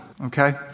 okay